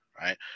Right